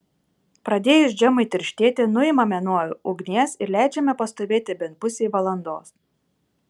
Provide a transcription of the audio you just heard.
pradėjus džemui tirštėti nuimame nuo ugnies ir leidžiame pastovėti bent pusei valandos